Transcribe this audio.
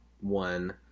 one